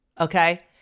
Okay